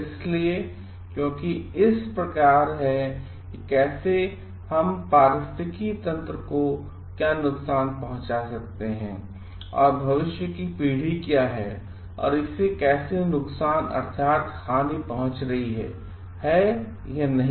इसलिए क्योंकि यह इस प्रकार है कि कैसे पारिस्थितिकी तंत्र को क्या नुकसान है और भविष्य की पीढ़ी क्या है इसे कैसे नुकसान अर्थात हानि पहुंच रही है या नहीं